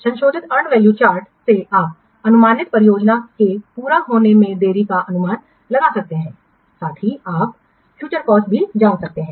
संशोधित earned value chart से आप अनुमानित परियोजना के पूरा होने में देरी का अनुमान लगा सकते हैं साथ ही आप अनुमानित फ्यूचर कॉस्ट भी जान सकते हैं